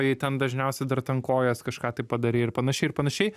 jei ten dažniausiai dar ten kojas kažką tai padarei ir panašiai ir panašiai